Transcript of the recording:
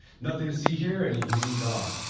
nothing to see here, and he he moved on.